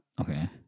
Okay